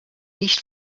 nicht